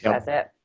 and that's it.